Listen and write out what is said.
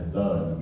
done